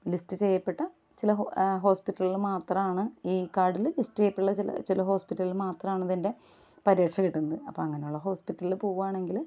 list ചെയ്യപ്പെട്ട ചില ഹോസ്പിറ്റലുകളിൽ മാത്രമാണ് ഈ കാർഡിൽ ലിസ്റ്റ് ചെയ്തിട്ടുള്ള ചില ഹോസ്പിറ്റലിൽ മാത്രമാണ് ഇതിൻ്റെ പരിരക്ഷ കിട്ടുന്നത് അപ്പ അങ്ങനെയുള്ള ഹോസ്പിറ്റലിൽ പോവുകയാണെങ്കിൽ